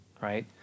right